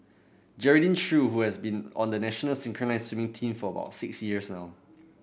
Geraldine Chew who has been on the national synchronised swimming team for about six years now